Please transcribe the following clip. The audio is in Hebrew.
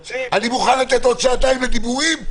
אני מוכן לתת עוד שעתיים לדיבורים,